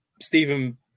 Stephen